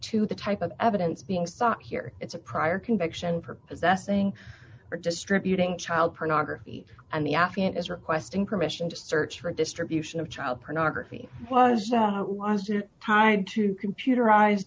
to the type of evidence being sought here it's a prior conviction for that thing for distributing child pornography and the affiant is requesting permission to search for distribution of child pornography was tied to computerized